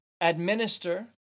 administer